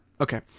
okay